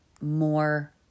More